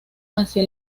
hacia